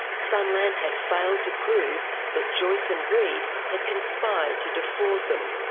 sunland had failed to prove that joyce and reed had conspired to defraud them.